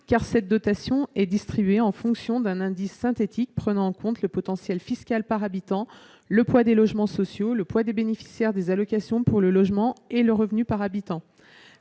car cette dotation est distribuée en fonction d'un indice synthétique prenant en compte le potentiel fiscal par habitant, le poids des logements sociaux, le poids des bénéficiaires des allocations pour le logement et le revenu par habitant.